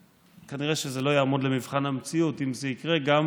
כנראה שזה לא יעמוד למבחן המציאות, אם זה יקרה גם